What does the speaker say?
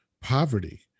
poverty